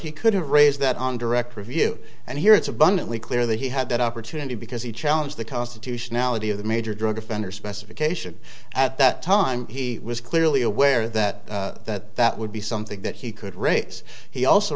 he could raise that on direct review and here it's abundantly clear that he had that opportunity because he challenge the constitutionality of the major drug offender specification at that time he was clearly aware that that would be something that he could raise he also